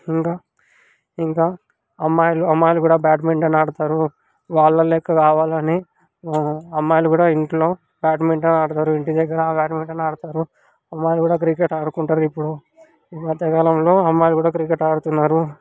ఇంకా ఇంకా అమ్మాయిలు అమ్మాయిలు కూడా బ్యాడ్మింటన్ ఆడతారు వాళ్ళ లెక్క కావాలని అమ్మాయిలు కూడా ఇంట్లో బ్యాడ్మింటన్ ఆడతారు ఇంటి దగ్గర ఆ బ్యాడ్మింటన్ ఆడతారు వాళ్ళు కూడా క్రికెట్ ఆడుకుంటారు ఇప్పుడు ఈ మధ్యకాలంలో అమ్మాయిలు కూడా క్రికెట్ ఆడుతున్నారు